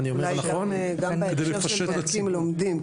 אני אומר נכון, כדי לפשט לציבור?